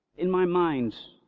in my mind,